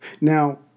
Now